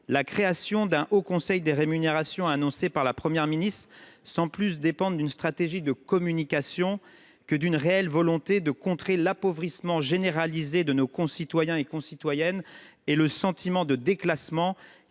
La création d’un haut conseil des rémunérations, annoncée par la Première ministre, participe davantage d’une stratégie de communication que d’une réelle volonté de contrer l’appauvrissement généralisé de nos concitoyens et le sentiment de déclassement